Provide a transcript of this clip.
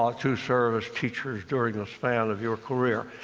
ah to serve as teachers during the span of your career.